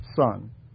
son